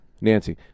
Nancy